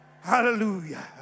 Hallelujah